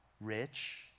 rich